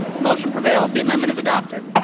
motion prevails. the amendment is adopted.